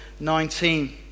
19